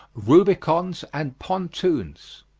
rubicons and pontoons.